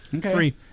three